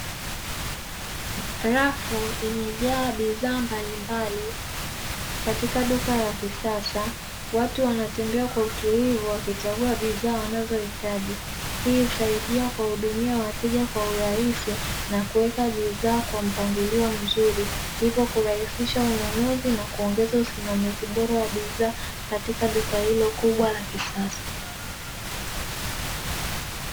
Rafu imejaa bidhaa mbalimbali katika duka la kisasa, watu wanatembea kwa utulivu wakichagua bidhaa wanazohitaji, hii husaidia kuwahudumia wateja kwa urahisi na kuweka bidhaa kwa mpangilio mzuri, hivyo kurahisisha ununuzi na kuongeza usimamizi bora wa bidhaa katika duka hilo kubwa la kisasa.